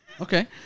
Okay